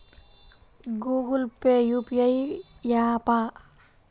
Google pay UPI య్యాపా?